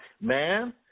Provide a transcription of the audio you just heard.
Man